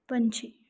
ਪੰਛੀ